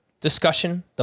Discussion